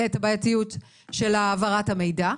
בעייתיות של העברת המידע.